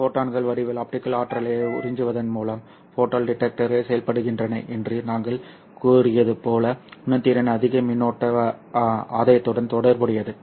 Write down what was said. ஃபோட்டான்கள் வடிவில் ஆப்டிகல் ஆற்றலை உறிஞ்சுவதன் மூலம் ஃபோட்டோ டிடெக்டர்கள் செயல்படுகின்றன என்று நாங்கள் கூறியது போல உணர்திறன் அதிக மின்னோட்ட ஆதாயத்துடன் தொடர்புடையது